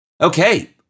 Okay